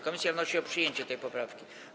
Komisja wnosi o przyjęcie tej poprawki.